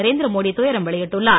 நரேந்திர மோடி துயரம் வெளியிட்டுள்ளார்